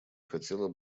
хотела